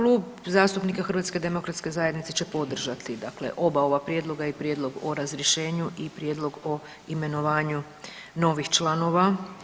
Klub zastupnika HDZ-a će podržati dakle oba ova prijedloga i prijedlog o razrješenju i prijedlog o imenovanju novih članova.